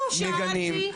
אנחנו מגנים.